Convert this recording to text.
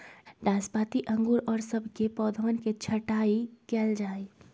नाशपाती अंगूर और सब के पौधवन के छटाई कइल जाहई